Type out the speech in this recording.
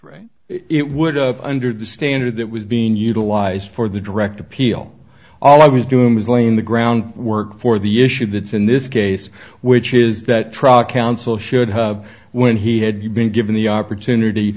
right it would up under the standard that was being utilized for the direct appeal all i was doing was laying the groundwork for the issue that's in this case which is that truck council should have when he had been given the opportunity